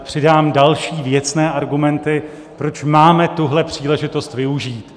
Přidám další věcné argumenty, proč máme tuhle příležitost využít.